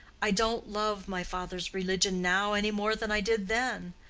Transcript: i don't love my father's religion now any more than i did then.